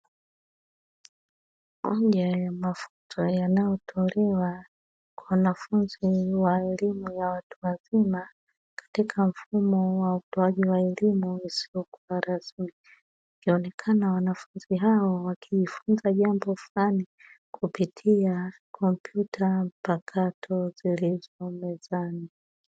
Moja ya mafunzo yanayotolewa kwa wanafunzi wa elimu ya watu wazima katika mfumo wa utoaji wa elimu isiyokuwa rasmi wakionekana wanafunzi hao wakijifunza jambo fulani kupitia kompyuta mpakato zilizo mezani.